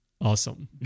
Awesome